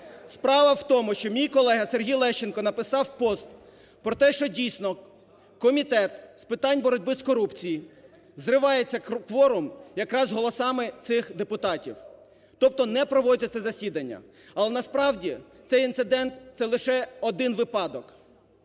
Справа в тому, що мій колега Сергій Лещенко написав пост про те, що, дійсно, Комітет з питань боротьби з корупцією зривається кворум якраз голосами цих депутатів, тобто не проводяться засідання. Але насправді, цей інцидент – це лише один випадок.